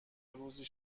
روزی